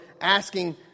asking